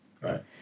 Right